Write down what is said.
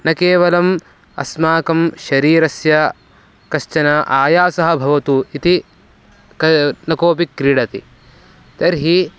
न केवलम् अस्माकं शरीरस्य कश्चन आयासः भवतु इति कः न कोपि क्रीडति तर्हि